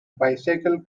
bicycle